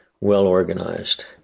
well-organized